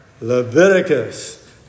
Leviticus